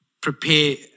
prepare